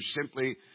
simply